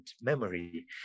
memory